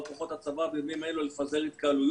של כוחות הצבא בימים אלו לפזר התקהלויות.